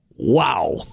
Wow